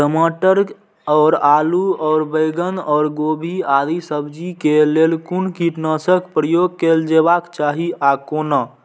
टमाटर और आलू और बैंगन और गोभी आदि सब्जी केय लेल कुन कीटनाशक प्रयोग कैल जेबाक चाहि आ कोना?